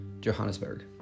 Johannesburg